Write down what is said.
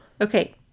Okay